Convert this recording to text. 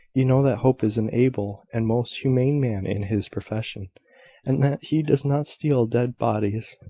you know that hope is an able and most humane man in his profession, and that he does not steal dead bodies.